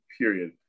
period